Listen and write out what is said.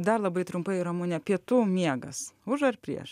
dar labai trumpai ramune pietų miegas už ar prieš